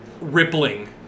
Rippling